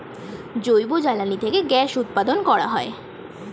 জৈব জ্বালানি থেকে গ্যাস উৎপন্ন করা যায়